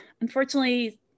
Unfortunately